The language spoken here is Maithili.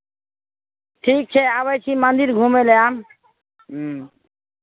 ठीक छै आबै छी मन्दिर घुमय लए आएयब ह्म्म